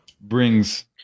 brings